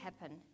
happen